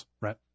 right